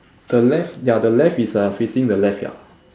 the left ya the left is uh facing the left ya